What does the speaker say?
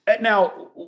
Now